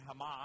Hamas